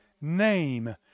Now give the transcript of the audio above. name